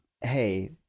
hey